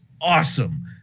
awesome